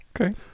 okay